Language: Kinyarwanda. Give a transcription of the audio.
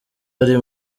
ari